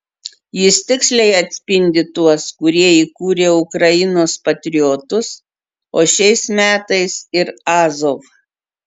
jis tiksliai atspindi tuos kurie įkūrė ukrainos patriotus o šiais metais ir azov